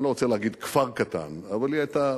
אני לא רוצה להגיד כפר קטן, אבל היא היתה